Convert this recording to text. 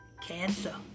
Cancer